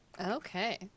Okay